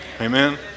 Amen